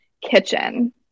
kitchen